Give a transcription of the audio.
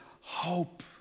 hope